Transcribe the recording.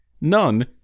None